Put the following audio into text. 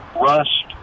rust